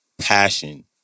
passion